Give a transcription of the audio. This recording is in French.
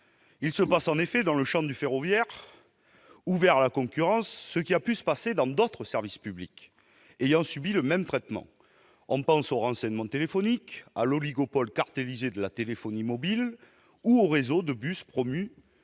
à la concurrence. Dans le champ du ferroviaire ouvert à la concurrence, il se passe ce qui a pu se passer dans d'autres services publics ayant subi le même traitement. On pense aux renseignements téléphoniques, à l'oligopole cartellisé de la téléphonie mobile ou au réseau de bus promus